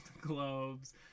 Globes